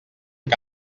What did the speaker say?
que